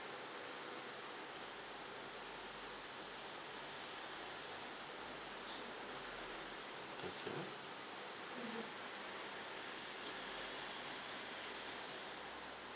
okay